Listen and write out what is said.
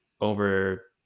over